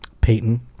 Peyton